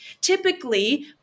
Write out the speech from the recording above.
typically